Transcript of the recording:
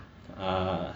a'ah